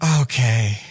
Okay